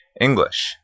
english